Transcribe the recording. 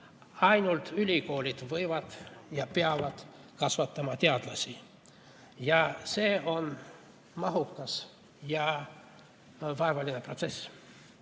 Ainult ülikoolid võivad kasvatada ja peavad kasvatama teadlasi. See on mahukas ja vaevaline protsess.